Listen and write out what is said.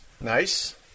Nice